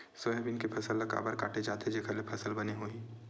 Soybean के फसल ल काबर काटे जाथे जेखर ले फसल बने होही?